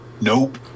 Nope